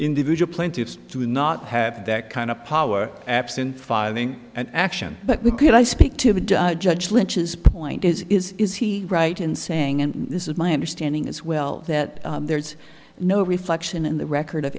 individual plaintiffs do not have that kind of power absent filing an action but we could i speak to the judge lynch's point is is is he right in saying and this is my understanding as well that there's no reflection in the record of